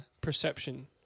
perception